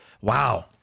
Wow